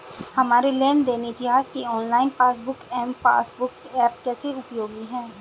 हमारे लेन देन इतिहास के online passbook M passbook app कैसे उपयोगी है?